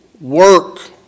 work